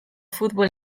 futbol